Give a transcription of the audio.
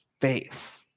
faith